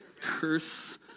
curse